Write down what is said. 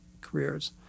careers